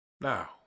now